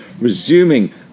resuming